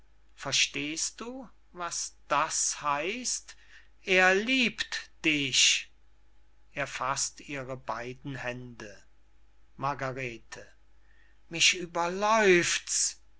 verstehst du was das heißt er liebt dich er faßt ihre beyden hände margarete mich überläuft's